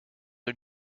are